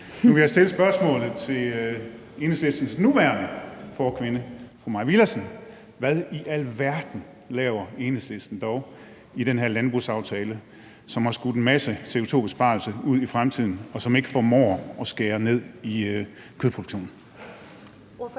Nu vil jeg stille spørgsmålet til Enhedslistens nuværende forkvinde, fru Mai Villadsen: Hvad i alverden laver Enhedslisten dog i den her landbrugsaftale, som har skudt en masse CO2-besparelse ud i fremtiden, og som ikke formår at skære ned i kødproduktionen?